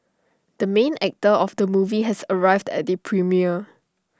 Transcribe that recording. the main actor of the movie has arrived at the premiere